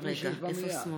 בעד סמי אבו שחאדה,